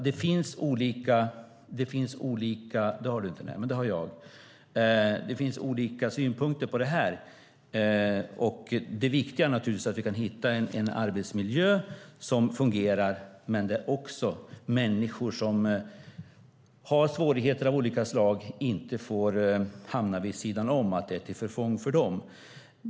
Det finns olika synpunkter här, och det viktiga är naturligtvis att vi kan hitta en arbetsmiljö som fungerar men där människor som har svårigheter av olika slag inte hamnar vid sidan om så att det är till förfång för dem.